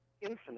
infinite